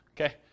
Okay